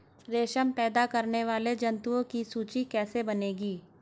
रेशम पैदा करने वाले जंतुओं की सूची कैसे बनेगी?